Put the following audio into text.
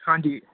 ਹਾਂਜੀ